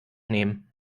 nehmen